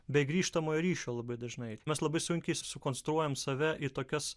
be grįžtamojo ryšio labai dažnai mes labai sunkiai sukonstruojam save į tokias